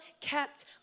kept